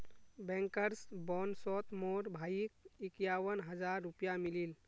bankers बोनसोत मोर भाईक इक्यावन हज़ार रुपया मिलील